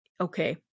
okay